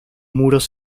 muros